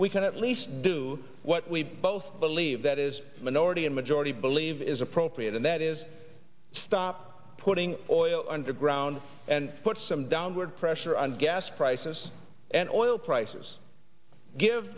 we can at least do what we both believe that is minority and majority believe is appropriate and that is stop putting oil underground and put some downward pressure on gas prices and oil prices give